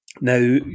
Now